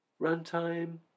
runtime